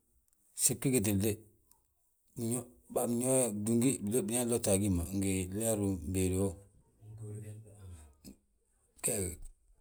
Gsib gi gitili de, nyo biñaŋ nlotta a gi ma ngi leeri béedi wo.